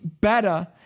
better